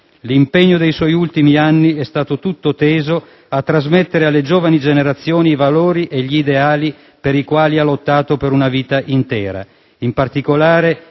L'impegno dei suoi ultimi anni è stato tutto teso a trasmettere alle giovani generazioni i valori e gli ideali per i quali ha lottato per una vita intera, in particolare: